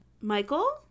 Michael